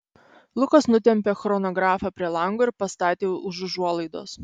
lukas nutempė chronografą prie lango ir pastatė už užuolaidos